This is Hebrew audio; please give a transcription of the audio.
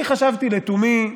אני חשבתי לתומי,